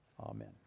Amen